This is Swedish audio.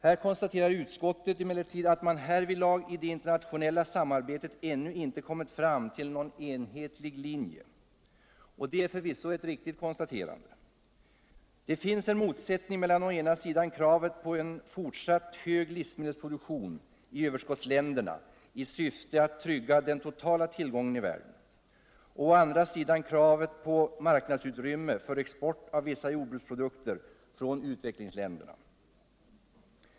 Utskottet konstaterar emellertid att man härvidlag i det internationella samarbetet ännu inte kommit fram till någon enhetlig linje. Detta är förvisso ett viktigt konstaterande. Det finns en motsättning mellan å ena sidan kravet på en fortsatt hög livsmedelsproduktion i överskottsländerna i syfte att trygga den totala tillgången i världen och å andra sidan kravet på marknadsutrymme för export av vissa jordbruksprodukter från utvecklingsländerna.